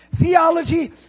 theology